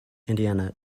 indiana